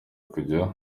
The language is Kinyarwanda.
kujya